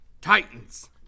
Titans